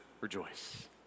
rejoice